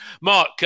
Mark –